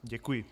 Děkuji.